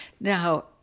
Now